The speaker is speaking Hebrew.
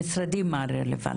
למשרדים הרלוונטיים.